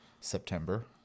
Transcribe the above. September